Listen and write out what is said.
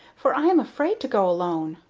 for i am afraid to go alone?